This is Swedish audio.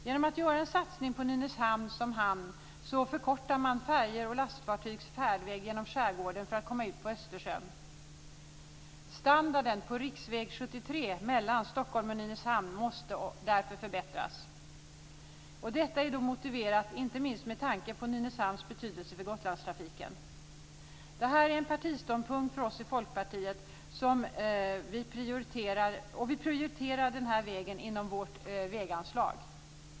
Genom att göra en satsning på Nynäshamn som hamn förkortar man färjors och lastfartygs färdväg genom skärgården för att komma ut på Östersjön. Nynäshamn måste därför förbättras. Det är motiverat inte minst av Nynäshamns betydelse för Gotlandstrafiken. Detta är en partiståndpunkt för oss i Folkpartiet, och vi prioriterar denna väg inom vårt väganslag.